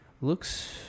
looks